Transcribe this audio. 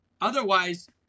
Otherwise